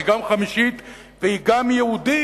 היא גם חמישית והיא גם ייעודית,